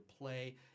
Play